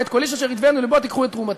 מאת כל איש אשר ידבנו לבו תקחו את תרומתי".